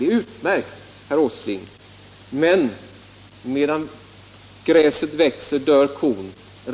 Det är utmärkt, herr Åsling, men medan gräset växer dör kon.